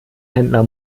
händler